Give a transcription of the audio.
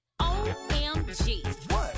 OMG